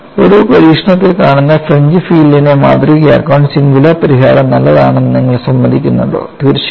ഒരു പരീക്ഷണത്തിൽ കാണുന്ന ഫ്രിഞ്ച് ഫീൽഡിനെ മാതൃകയാക്കാൻ സിംഗുലാർ പരിഹാരം നല്ലതാണെന്ന് നിങ്ങൾ സമ്മതിക്കുന്നുണ്ടോ തീർച്ചയായും